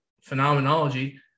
phenomenology